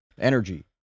Energy